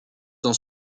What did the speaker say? dans